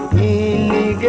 a